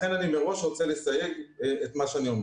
לכן אני מראש רוצה לסייג את מה שאני אומר.